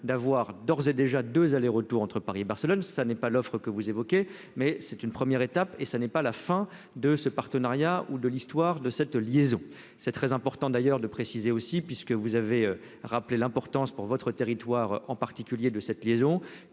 d'avoir d'ores et déjà 2 allers-retours entre Paris et Barcelone, ça n'est pas l'offre que vous évoquez, mais c'est une première étape et ça n'est pas la fin de ce partenariat ou de l'histoire de cette liaison, c'est très important d'ailleurs de préciser aussi, puisque vous avez rappelé l'importance pour votre territoire, en particulier de cette liaison